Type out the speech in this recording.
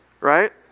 right